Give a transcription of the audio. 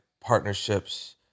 partnerships